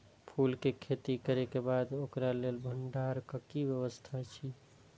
फूल के खेती करे के बाद ओकरा लेल भण्डार क कि व्यवस्था अछि?